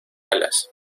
alas